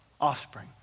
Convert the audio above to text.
offspring